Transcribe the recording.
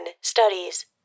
studies